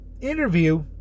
interview